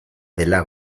dela